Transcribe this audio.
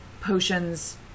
potions